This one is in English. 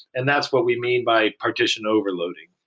and that's what we mean by partition overloading.